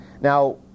Now